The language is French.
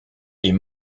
est